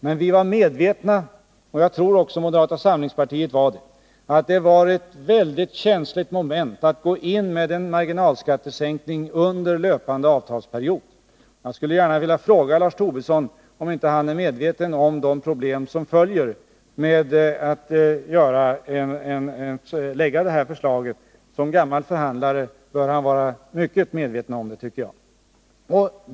Men vi var medvetna om — och jag tror att även moderata samlingspartiet var det — att det var ett mycket känsligt moment att gå in med en marginalskattesänkning under löpande avtalsperiod. Jag skulle gärna vilja fråga Lars Tobisson om inte han är medveten om de problem som följer med ett sådant förslag. Som 5 gammal förhandlare bör han vara mycket medveten om det, tycker jag.